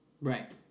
right